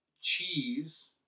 cheese